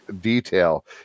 detail